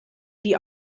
die